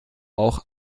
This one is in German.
auch